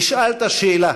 נשאלת שאלה: